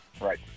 right